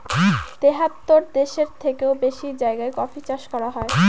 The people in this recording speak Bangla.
তেহাত্তর দেশের থেকেও বেশি জায়গায় কফি চাষ করা হয়